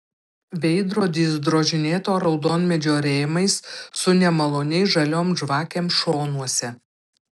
veidrodis drožinėto raudonmedžio rėmais su nemaloniai žaliom žvakėm šonuose